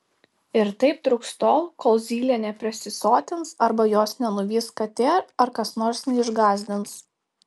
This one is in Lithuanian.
ir taip truks tol kol zylė neprisisotins arba jos nenuvys katė ar kas nors neišgąsdins